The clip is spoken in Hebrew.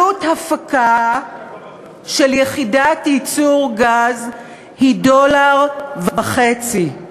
עלות הפקה של יחידת ייצור גז היא דולר וחצי.